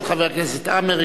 של חבר הכנסת עמאר,